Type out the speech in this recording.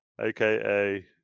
aka